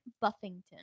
Buffington